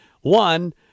One –